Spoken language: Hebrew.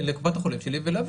לקחת את החולים שלי ולהביא,